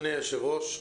אדוני היושב-ראש,